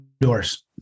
doors